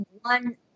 one